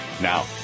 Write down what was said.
Now